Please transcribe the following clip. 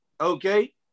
Okay